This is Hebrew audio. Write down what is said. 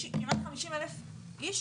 כמעט 50,000 איש,